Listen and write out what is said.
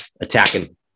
attacking